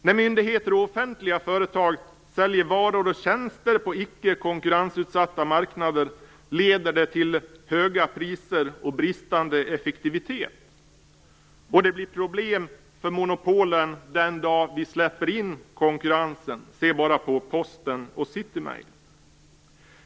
När myndigheter och offentliga företag säljer varor och tjänster på icke-konkurrensutsatta marknader leder det till höga priser och bristande effektivitet. Det blir problem för monopolen den dagen vi släpper in konkurrensen. Se bara på Posten och City Mail.